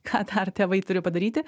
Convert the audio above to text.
ką dar tėvai turi padaryti